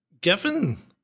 given